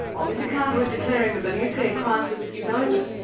while mr carter is declaring that the nuclear crisis is over,